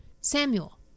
Samuel